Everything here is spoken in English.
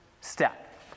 step